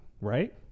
right